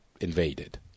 invaded